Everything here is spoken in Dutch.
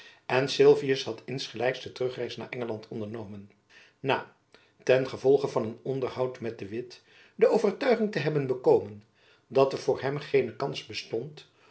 en sylvius had insgelijks de terugreis naar engeland aangenomen na ten gevolge van een onderhoud met de witt de overtuiging te hebben bekomen dat er voor hem geene kans bestond